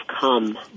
come